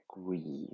agrees